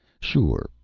sure.